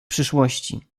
przyszłości